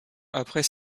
après